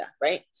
right